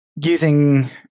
using